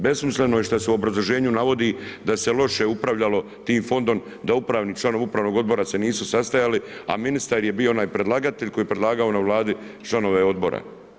Besmisleno je što se u obrazloženju navodi da se loše upravljalo tim fondom, da upravni član, upravnog odbora se nisu sastajali a ministar je bio onaj predlagatelj koji je predlagao na Vladi članove odbora.